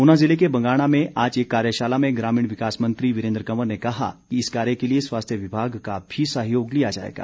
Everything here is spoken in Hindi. ऊना ज़िले के बंगाणा में आज एक कार्यशाला में ग्रामीण विकास मंत्री वीरेन्द्र कंवर ने कहा कि इस कार्य के लिए स्वास्थ्य विभाग का भी सहयोग लिया जाएगा